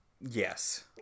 Yes